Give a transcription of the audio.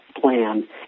plan